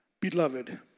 beloved